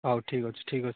ହଉ ଠିକ୍ ଅଛି ଠିକ୍ ଅଛି